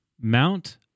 Mount